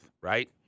right